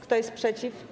Kto jest przeciw?